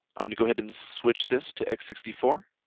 going to go ahead and switch this to x sixty four